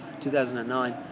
2009